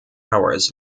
hours